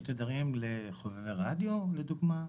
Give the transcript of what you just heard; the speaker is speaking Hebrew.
יש תדרים לחובבי הרדיו, לדוגמה,